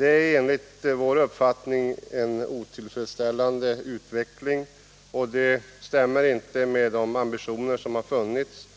Enligt vår uppfattning är det en otillfredsställande utveckling. Det stämmer inte med de ambitioner som har funnits,